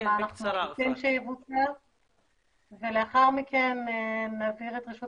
מה אנחנו רוצים שיבוצע ולאחר מכן אני אעביר את רשות